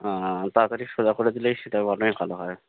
আ তাড়াতাড়ি সোজা করে দিলেই সেটা মনে হয় ভালো হয়